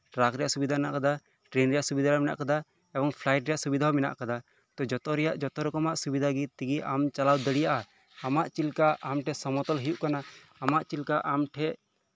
truck ᱨᱮᱭᱟᱜ ᱥᱩᱵᱤᱫᱷᱟ ᱢᱮᱱᱟᱜ ᱟᱠᱟᱫᱟ ᱴᱨᱮᱹᱱ ᱨᱮᱭᱟᱜ ᱥᱩᱵᱤᱫᱷᱟ ᱢᱮᱱᱟᱜ ᱟᱠᱟᱫᱟ ᱮᱵᱚᱝ ᱯᱷᱞᱟᱭᱤᱴ ᱨᱮᱭᱟᱜ ᱥᱩᱵᱤᱫᱷᱟ ᱦᱚᱸ ᱢᱮᱱᱟᱜ ᱟᱠᱟᱫᱟ ᱛᱚ ᱡᱷᱚᱛᱚ ᱨᱮᱭᱟᱜ ᱡᱷᱚᱛᱚ ᱨᱚᱠᱚᱢ ᱥᱩᱵᱤᱫᱷᱟ ᱛᱮᱜᱮ ᱟᱢ ᱪᱟᱞᱟᱣ ᱫᱟᱲᱮᱭᱟᱜᱼᱟ ᱟᱢ ᱥᱚᱢᱚᱛᱚᱞ ᱦᱳᱭᱳᱜ ᱠᱟᱱᱟ ᱟᱢᱟᱜ ᱪᱮᱫ ᱞᱮᱠᱟ ᱟᱢ ᱴᱷᱮᱱ